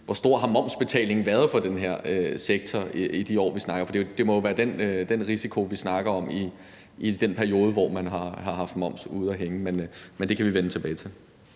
Hvor stor har momsbetalingen været for den her sektor i de år, vi snakker om? For det må jo være den risiko, vi snakker om, i den periode, hvor man har haft moms ude at hænge. Men det kan vi vende tilbage til.